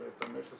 אלא את המכס,